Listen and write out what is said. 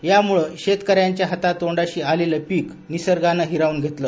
याम्ळ शेतकऱ्यांच्या हातातोंडाशी आलेलं पिक निसर्गानं हिरावून घेतल